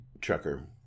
trucker